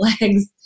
legs